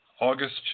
August